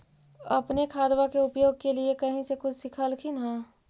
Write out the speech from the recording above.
अपने खादबा के उपयोग के लीये कही से कुछ सिखलखिन हाँ?